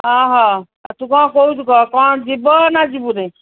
ହଁ ହଁ ତୁ କ'ଣ କହୁଚୁ କହ କ'ଣ ଯିବ ନା ଯିବୁନି